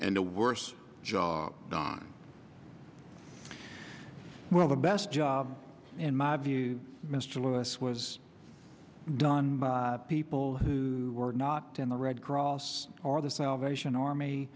a worse job don well the best job in my view mr lewis was done by people who were not in the red cross or the salvation army